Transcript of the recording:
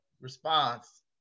response